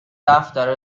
دفتر